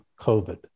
COVID